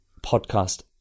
Podcast